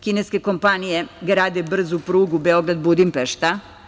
Kineske kompanije grade brzu prugu Beograd-Budimpešta.